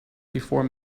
before